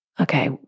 okay